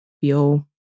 feel